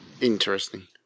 Interesting